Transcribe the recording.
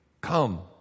come